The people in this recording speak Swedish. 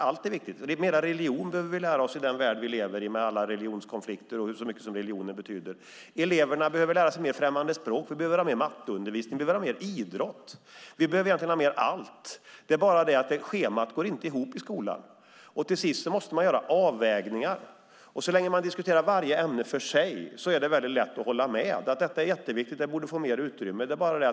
Allt är viktigt. Vi behöver lära oss mer religion i den värld vi lever i med alla religionskonflikter och så mycket som religionen betyder. Eleverna behöver lära sig mer främmande språk. Vi behöver ha mer idrott. Vi behöver egentligen ha mer allt. Men då går inte schemat ihop i skolan. Man måste göra avvägningar. Så länge man diskuterar varje ämne för sig är det lätt att hålla med om att det är jätteviktigt och borde få mer utrymme.